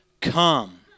come